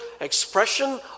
expression